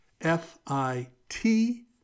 F-I-T